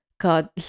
God